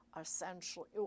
essentially